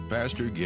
Pastor